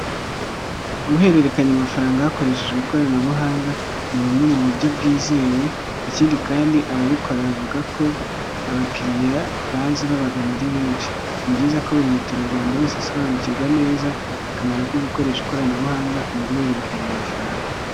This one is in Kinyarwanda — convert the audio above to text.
Guhererekanya amafaranga hakoreshejwe ikoranabuhanga, ni bumwe mu buryo bwizewe, ikindi kandi ababikora bavuga ko abakiriya baza babagana ari benshi, ni byiza ko buri muturarwanda wese asobanukirwa neza akamaro ko gukoresha ikoranabuhanga mu guhererekanya amafaranga.